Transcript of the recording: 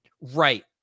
right